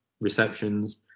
receptions